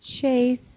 Chase